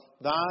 thy